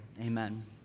Amen